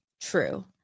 true